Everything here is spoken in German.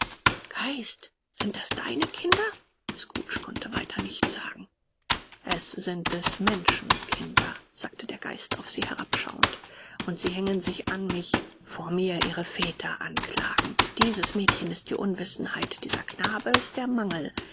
geist sind das deine kinder scrooge konnte weiter nichts sagen es sind des menschen kinder sagte der geist auf sie herabschauend und sie hängen sich an mich vor mir ihre väter anklagend dieses mädchen ist die unwissenheit dieser knabe ist der mangel